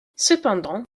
cependant